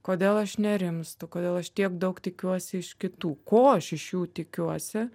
kodėl aš nerimstu kodėl aš tiek daug tikiuosi iš kitų ko aš iš jų tikiuosi